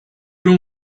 room